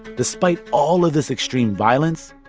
despite all of this extreme violence,